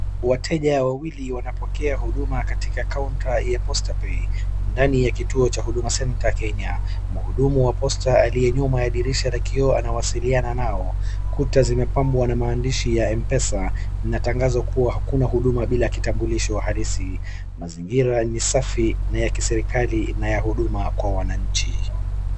Wateja wawili wanapokea huduma katika kaunta ya Postapay ndani ya kituo cha Huduma Center Kenya. Mhudumu wa posta aliyenyuma ya dirisha la kioo anawasiliana nao. Kuta zimepambwa na maandishi ya Mpesa na tangazo kuwa hakuna huduma bila kitambulisho halisi. Mazingira ni safi na ya kiserikali na ya huduma kwa wananchi.